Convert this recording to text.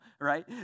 right